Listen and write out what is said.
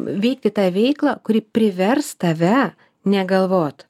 veikti tą veiklą kuri privers tave negalvot